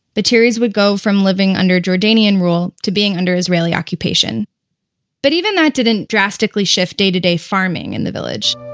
battiris would go from living under jordanian rule to being under israeli occupation but even that didn't drastically shift day-to-day farming in the village.